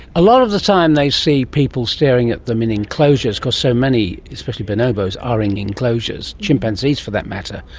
a lot of the time they see people staring at them in enclosures because so many, especially bonobos, are in enclosures, chimpanzees for that matter.